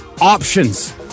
Options